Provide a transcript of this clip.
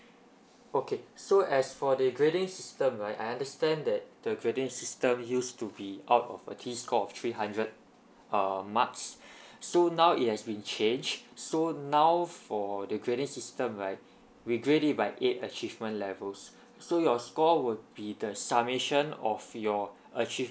okay so as for the grading system right I understand that the grading system used to be out of a t score of three hundred uh marks so now it has been changed so now for the grading system right we grade it by eight achievement levels so your score would be the summation of your achievement